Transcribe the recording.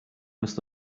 must